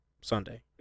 Sunday